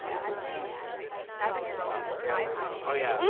yeah i've seen, like, seven year olds with yeah iphones. oh, yeah.